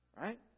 Right